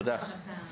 תודה.